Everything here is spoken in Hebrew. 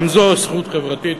גם זו זכות חברתית,